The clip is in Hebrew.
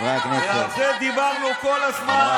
אנחנו כאן כדי, ועל זה דיברנו כל הזמן.